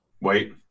wait